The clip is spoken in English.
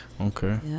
okay